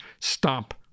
stop